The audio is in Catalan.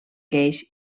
lleis